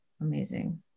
amazing